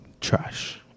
trash